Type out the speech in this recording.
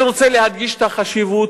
אני רוצה להדגיש את החשיבות.